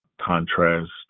Contrast